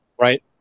right